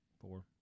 four